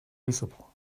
visible